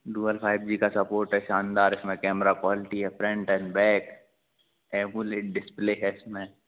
dual five G का support है शानदार इसमें कैमरा क्वालिटी है front and back AMOLED display है इसमें